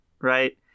right